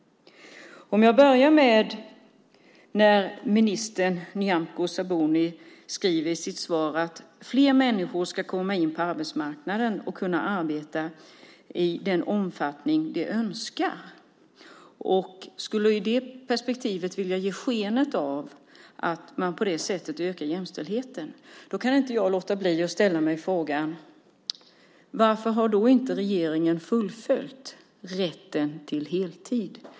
Jag kan börja med när ministern, Nyamko Sabuni, skriver i sitt svar att fler människor ska komma in på arbetsmarknaden och kunna arbeta i den omfattning som de önskar. Hon skulle i det perspektivet vilja ge sken av att man ökar jämlikheten på det här sättet. Då kan jag inte låta bli att ställa mig frågan: Varför har inte regeringen fullföljt rätten till heltid?